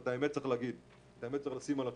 האמת צריך להגיד, את האמת צריך לשים על השולחן.